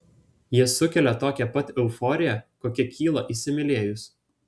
jie sukelia tokią pat euforiją kokia kyla įsimylėjus